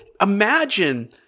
imagine